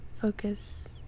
focus